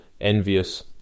envious